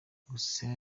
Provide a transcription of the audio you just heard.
gusa